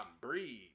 breathe